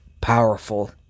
powerful